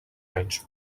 anys